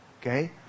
Okay